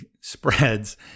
spreads